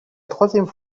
troisième